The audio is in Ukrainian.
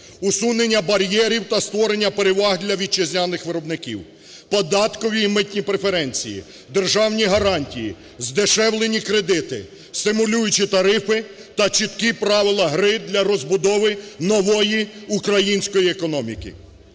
усунення бар'єрів та створення переваг для вітчизняних виробників, податкові і митні преференції, державні гарантії, здешевлені кредити, стимулюючі тарифи та чіткі правила гри для розбудови нової української економіки,